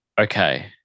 okay